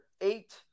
eight